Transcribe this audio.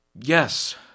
Yes